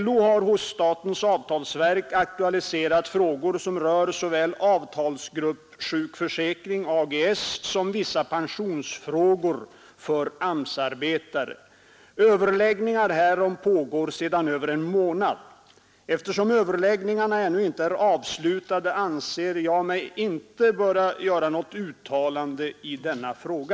LO har hos statens avtalsverk aktualiserat frågor som rör såväl avtalsgruppsjukförsäkring som vissa pensionsfrågor för AMS-arbetare. Överläggningar härom pågår sedan över en månad. Eftersom överläggningarna ännu inte är avslutade anser jag mig inte böra göra något uttalande i denna fråga.